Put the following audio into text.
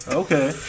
okay